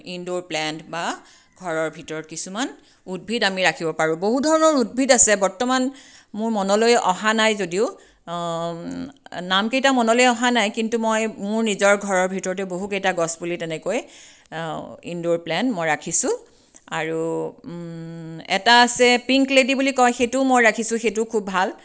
indoor plant বা ঘৰৰ ভিতৰত কিছুমান উদ্ভিদ আমি ৰাখিব পাৰোঁ বহু ধৰণৰ উদ্ভিদ আছে বৰ্তমান মোৰ মনলৈ অহা নাই যদিও নাম কেইটা মনলৈ অহা নাই কিন্তু মই মোৰ নিজৰ ঘৰৰ ভিতৰতে বহুকেইটা গছপুলি তেনেকৈ ইনড'ৰ প্লেণ্ট মই ৰাখিছোঁ আৰু এটা আছে পিংক লেডী বুলি কয় সেইটোও মই ৰাখিছোঁ সেইটোও খুব ভাল